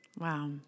Wow